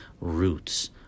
roots